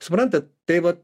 suprantat tai vat